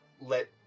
let